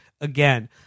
again